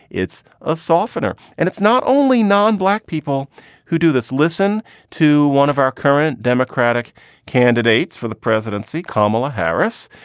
it's a softener. and it's not only nonblack people who do this. listen to one of our current democratic candidates for the presidency, kamala harris,